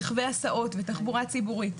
רכבי הסעות ותחבורה ציבורית.